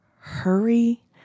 hurry